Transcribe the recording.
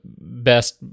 best